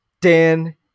dan